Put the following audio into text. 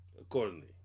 Accordingly